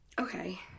okay